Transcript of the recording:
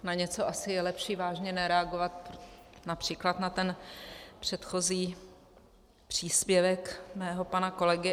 Na něco asi je lepší vážně nereagovat, například na ten předchozí příspěvek mého pana kolegy.